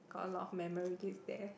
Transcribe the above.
a lot of memories there